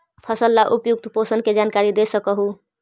फसल ला उपयुक्त पोषण के जानकारी दे सक हु?